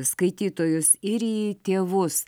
skaitytojus ir į tėvus